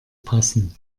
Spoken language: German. passen